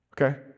Okay